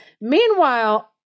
Meanwhile